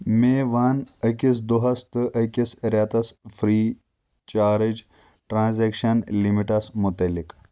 مےٚ وَن أکِس دۄہَس تہٕ أکِس رٮ۪تَس فرٛیی چارج ٹرانزکشن لِمٹَس مُتعلِق